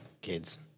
kids